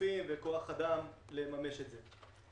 רופאים וכוח אדם לממש את זה.